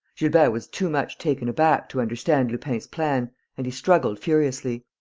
gilbert was too much taken aback to understand lupin's plan and he struggled furiously.